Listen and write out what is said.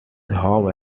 home